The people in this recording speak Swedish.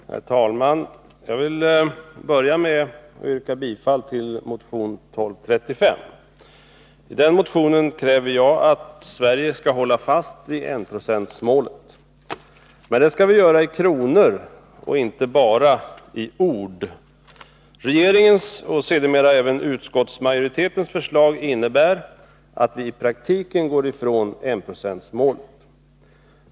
Herr talman! Jag vill börja med att yrka bifall till motion 1235. I den motionen kräver jag att Sverige skall hålla fast vid enprocentsmålet. Men det skall vi göra i kronor och inte bara i ord. Regeringens, och sedermera även utskottsmajoritetens, förslag innebär att vii praktiken går ifrån enprocentsmålet.